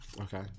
Okay